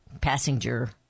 passenger